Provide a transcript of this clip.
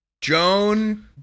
Joan